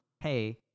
hey